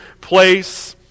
place